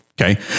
Okay